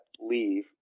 leave